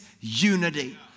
unity